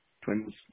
Twins